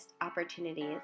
opportunities